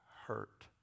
hurt